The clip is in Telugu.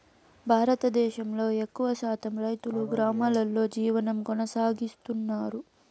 భారతదేశంలో ఎక్కువ శాతం రైతులు గ్రామాలలో జీవనం కొనసాగిస్తన్నారు